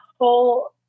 whole